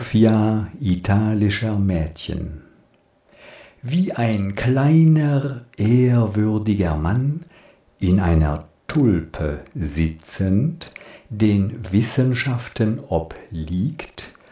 italischer mädchen wie ein kleiner ehrwürdiger mann in einer tulpe sitzend den wissenschaften obliegt